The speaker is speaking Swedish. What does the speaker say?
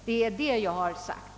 Det är det jag sagt.